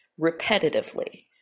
repetitively